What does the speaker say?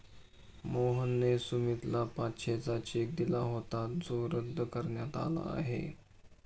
मोहनने सुमितला पाचशेचा चेक दिला होता जो रद्द करण्यात आला आहे